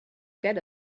get